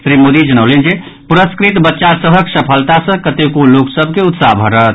श्री मोदी जनौलनि जे पुरस्कृत बच्चा सभक सफलता सँ कतेको लोक सभ के उत्साह बढ़त